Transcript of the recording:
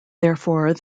therefore